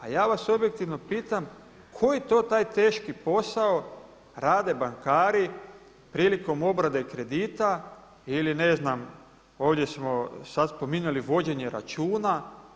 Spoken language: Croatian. A ja vas objektivno pitam koji to taj teški posao rade bankari prilikom obrade kredita ili ne znam ovdje smo sad spominjali vođenje računa.